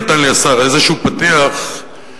נתן לי השר איזה פתיח של,